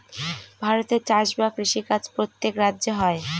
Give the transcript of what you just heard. ভারতে চাষ বা কৃষি কাজ প্রত্যেক রাজ্যে হয়